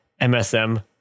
MSM